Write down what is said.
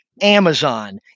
Amazon